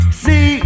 see